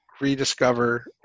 rediscover